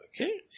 Okay